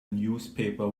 newspaper